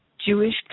Jewish